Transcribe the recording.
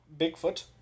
Bigfoot